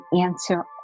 answer